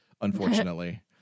unfortunately